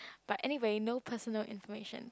but anyway no personal information